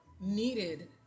needed